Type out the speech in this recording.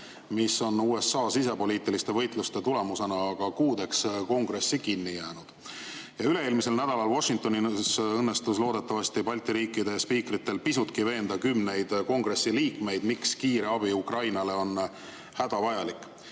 mis on aga USA sisepoliitiliste võitluste tõttu kuudeks Kongressi kinni jäänud. Üle-eelmisel nädalal Washingtonis õnnestus loodetavasti Balti riikide spiikritel pisutki veenda kümneid kongressi liikmeid, miks kiire abi Ukrainale on hädavajalik.